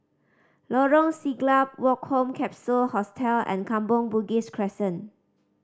Lorong Siglap Woke Home Capsule Hostel and Kampong Bugis Crescent